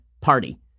party